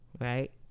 Right